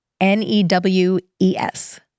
N-E-W-E-S